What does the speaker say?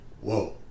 whoa